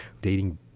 dating